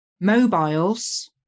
mobiles